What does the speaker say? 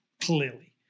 clearly